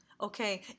Okay